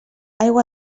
aigua